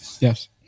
Yes